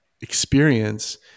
experience